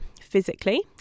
physically